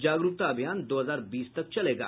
जागरूकता अभियान दो हजार बीस तक चलेगा